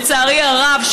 לצערי הרב,